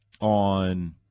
on